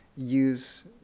use